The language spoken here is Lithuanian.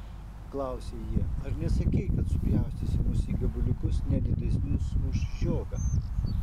klausė jie ar nesakei kad supjaustysi mus į gabaliukus ne didesnius už žiogą